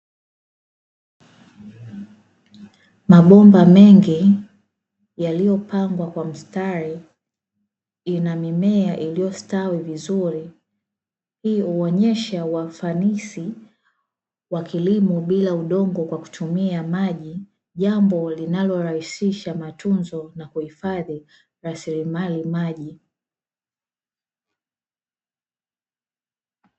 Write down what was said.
Mabomba mengi yaliyopangwa kwa mstari, ina mimea iliyostawi vizuri hii huonyesha ufanisi wa kilimo bila udongo kwa kutumia maji, jambo linalorahisisha matunzo na kuhifadhi rasilimali maji.